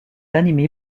animé